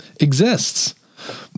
exists